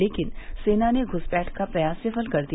लेकिन सेना ने घुसपैठ का प्रयास विफल कर दिया